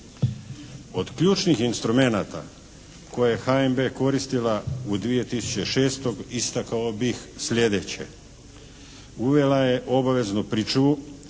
Od ključnih instrumenata koje je HNB koristila u 2006. istakao bih sljedeće. Uvela je obaveznu pričuvu